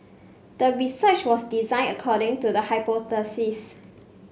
the research was designed according to the hypothesis